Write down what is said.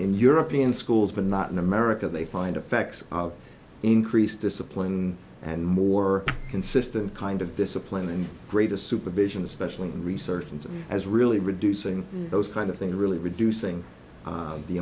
in european schools but not in america they find effects of increased discipline and more consistent kind of discipline and greatest supervision especially in research and has really reducing those kind of thing really reducing